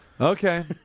okay